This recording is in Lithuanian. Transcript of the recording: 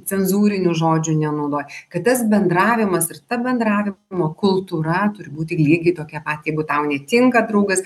cenzūrinių žodžių nenaudoji kad tas bendravimas ir ta bendravimo kultūra turi būti lygiai tokia pat jeigu tau netinka draugas